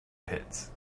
pits